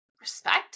respect